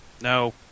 No